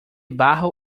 bajo